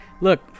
Look